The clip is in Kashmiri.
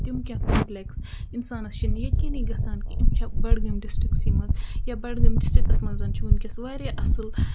تِم کیٚنٛہہ کَمپٕلیکٕس اِنسانَس چھِنہٕ یقیٖنٕے گژھان کہِ یِم چھےٚ بَڈگٲمۍ ڈِسٹرکسٕے منٛز یا بَڈگٲمۍ ڈِسٹرکَس منٛز چھُ وٕنۍکٮ۪س واریاہ اَصٕل